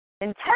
intent